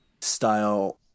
style